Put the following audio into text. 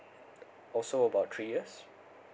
also about three years